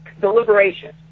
deliberation